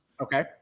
Okay